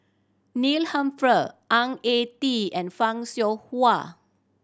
Neil Humphreys Ang Ah Tee and Fan Shao Hua